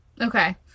Okay